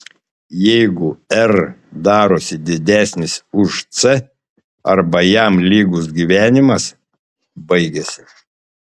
jeigu r darosi didesnis už c arba jam lygus gyvenimas baigiasi